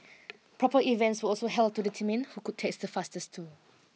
proper events were also held to determine who could text the fastest too